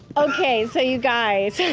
okay, so, you guys